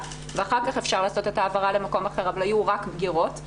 ואחר כך אפשר לעשות את ההעברה למקום אחר אבל היו רק בגירות,